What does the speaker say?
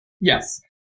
Yes